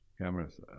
cameras